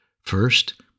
First